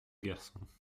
garçons